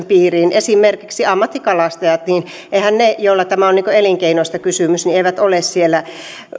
piiriin esimerkiksi ammattikalastajat eli eiväthän ne joilla tässä on elinkeinosta kysymys ole siellä